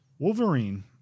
Wolverine